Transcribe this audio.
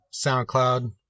SoundCloud